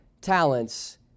talents